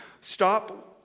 stop